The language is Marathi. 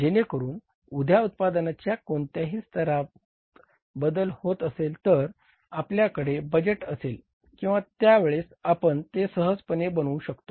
जेणेकरून उद्या उत्पादनाच्या कोणत्याही स्तरात बदल होत असेल तर आपल्याकडे बजेट असेल किंवा त्यावेळेस आपण ते सहजपणे बनवू शकतो